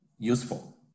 useful